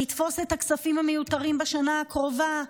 לתפוס את הכספים המיותרים בשנה הקרובה,